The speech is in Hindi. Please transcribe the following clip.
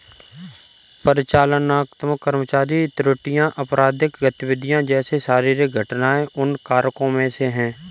परिचालनात्मक कर्मचारी त्रुटियां, आपराधिक गतिविधि जैसे शारीरिक घटनाएं उन कारकों में से है